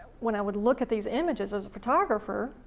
when i would look at these images as a photographer,